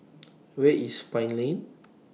Where IS Pine Lane